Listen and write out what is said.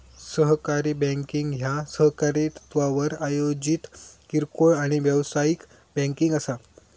सहकारी बँकिंग ह्या सहकारी तत्त्वावर आयोजित किरकोळ आणि व्यावसायिक बँकिंग असा